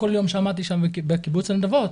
בכל יום שעמדתי שם בקיבוץ נדבות,